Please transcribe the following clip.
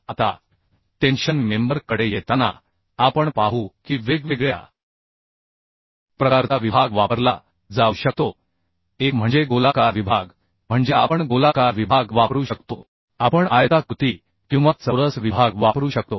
आता tension member कडे येताना आपण पाहू की वेगवेगळ्या प्रकारचा विभाग वापरला जाऊ शकतो एक म्हणजे गोलाकार विभाग म्हणजे आपण गोलाकार विभाग वापरू शकतो आपण आयताकृती किंवा चौरस विभाग वापरू शकतो